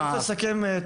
לסכם,